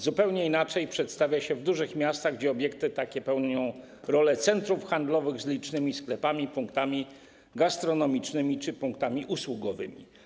Zupełnie inaczej sytuacja przedstawia się w dużych miastach, gdzie obiekty takie pełnią rolę centrów handlowych z licznymi sklepami, punktami gastronomicznymi czy usługowymi.